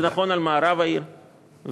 זה נכון לגבי מערב העיר והצפון,